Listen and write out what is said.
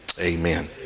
amen